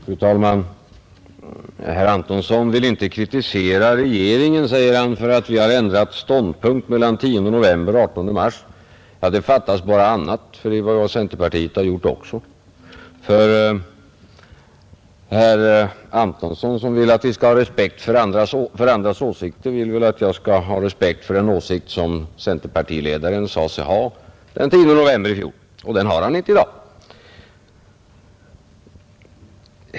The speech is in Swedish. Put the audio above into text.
Fru talman! Herr Antonsson vill inte kritisera regeringen, säger han, för att vi har ändrat ståndpunkt mellan den 10 november och den 18 mars. Ja, fattas bara annat; det är ju vad centerpartiet har gjort också. För herr Antonsson, som vill att vi skall ha respekt för andras åsikter, vill väl att jag skall ha respekt för den åsikt som centerpartiledaren sade sig ha den 10 november i fjol, och den har han icke i dag.